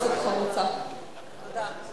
רוצה שהיא תישאר על הדוכן?